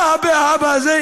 בא האבא הזה,